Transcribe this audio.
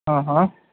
ہاں ہاں